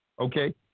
Okay